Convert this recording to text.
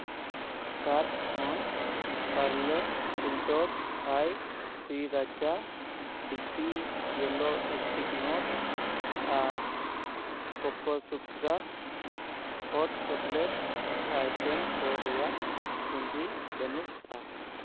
cart ᱠᱷᱚᱱ ᱯᱟᱨᱞᱮ ᱯᱷᱩᱞᱴᱚᱥ ᱛᱷᱟᱭ ᱥᱨᱤᱨᱟᱪᱟ ᱰᱤᱯᱤ ᱤᱭᱮᱞᱳ ᱥᱴᱤᱠ ᱱᱚᱴᱥ ᱟᱨ ᱠᱳᱠᱚᱥᱩᱛᱨᱟ ᱦᱚᱴ ᱪᱚᱠᱞᱮᱴ ᱟᱭᱴᱮᱢ ᱠᱚ ᱨᱮᱭᱟᱜ ᱯᱩᱸᱡᱤ ᱵᱟᱹᱱᱩᱜᱼᱟ